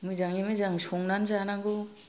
मोजाङै मोजां संनानै जानांगौ